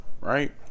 right